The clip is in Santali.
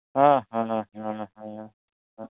ᱦᱮᱸ ᱦᱮᱸ ᱦᱮᱸ ᱦᱮᱸ ᱦᱮᱸ